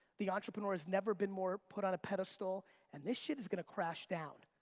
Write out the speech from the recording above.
the entrepreneur has never been more put on a pedestal and this shit is gonna crash down.